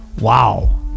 Wow